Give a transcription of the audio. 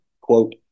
quote